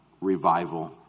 revival